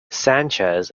sanchez